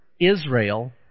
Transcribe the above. Israel